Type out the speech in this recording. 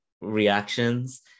reactions